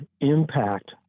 impact